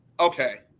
okay